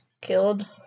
killed